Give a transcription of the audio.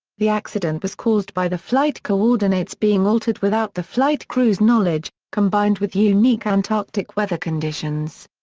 the accident was caused by the flight coordinates being altered without the flight crew's knowledge, combined with unique antarctic weather conditions.